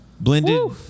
blended